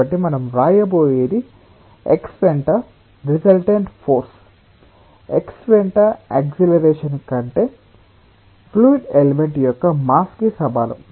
కాబట్టి మనం వ్రాయబోయేది x వెంట రిసల్టెంట్ ఫోర్స్ x వెంట యాక్సిలరేషన్ కంటే ద్రవ ఎలిమెంట్ యొక్క మాస్ కి సమానం